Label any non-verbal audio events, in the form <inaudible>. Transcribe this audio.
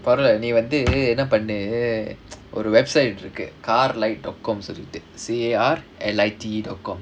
பொறவு நீ வந்து என்ன பண்ணு ஒரு:poravu nee vanthu enna pannu oru <noise> website இருக்கு:irukku car lite dot com C A R L I T E dot com